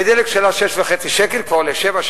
והדלק שעלה 6.5 שקל כבר עולה 7,